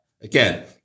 again